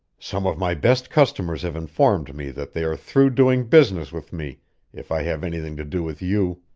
some of my best customers have informed me that they are through doing business with me if i have anything to do with you.